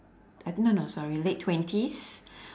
I thi~ no no sorry late twenties